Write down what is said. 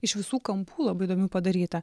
iš visų kampų labai įdomių padaryta